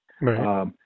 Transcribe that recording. Right